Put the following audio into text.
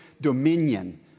dominion